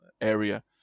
area